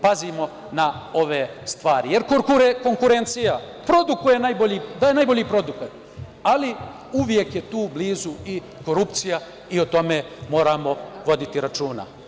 Pazimo na ove stvari, jer konkurencija produkuje, daje najbolje produkte, ali uvek je tu blizu i korupcija i o tome moramo voditi računa.